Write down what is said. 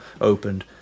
opened